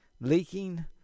Leaking